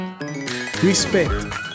Respect